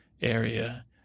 area